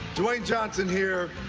dwayne johnson here.